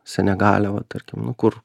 senegale va tarkim nu kur